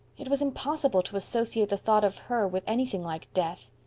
it was impossible to associate the thought of her with anything like death.